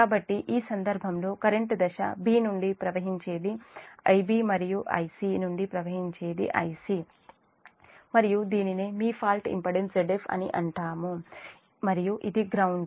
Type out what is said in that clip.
కాబట్టి ఈ సందర్భంలో కరెంటు దశ b నుండి ప్రవహించేది Ib మరియు c నుండి ప్రవహించేది Ic మరియు దీనినే మీ ఫాల్ట్ ఇంపిడెన్స్ Zf అని అంటాము మరియు ఇది గ్రౌండ్